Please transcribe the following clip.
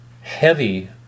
heavy